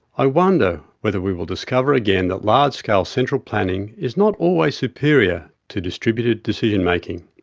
i wonder whether we will discover again that large scale central planning is not always superior to distributed decision-making.